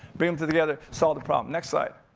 bring them together, solve the problem, next slide.